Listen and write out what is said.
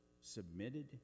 submitted